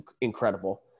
incredible